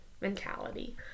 mentality